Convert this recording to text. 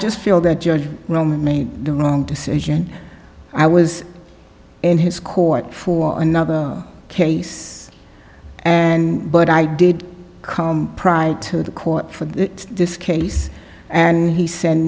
just feel that judge roman made the wrong decision i was in his court for another case and but i did come pride to the court for that this case and he sent